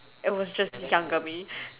it was just younger me